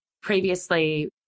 previously